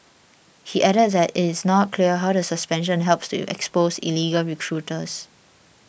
he added that it is not clear how the suspension helps to expose illegal recruiters